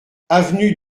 avenue